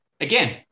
Again